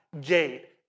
gate